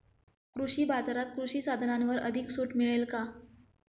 कृषी बाजारात कृषी साधनांवर अधिक सूट मिळेल का?